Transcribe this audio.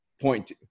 point